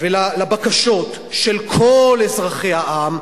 ובקשות של כל אזרחי העם,